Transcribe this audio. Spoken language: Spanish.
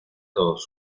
todos